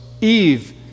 Eve